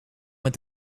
met